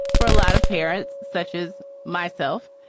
for a lot of parents such as myself,